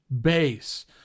bass